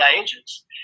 agents